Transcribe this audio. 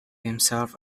himself